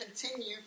continue